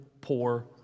poor